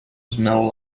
smell